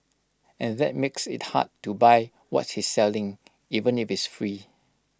and that makes IT hard to buy what he's selling even if it's free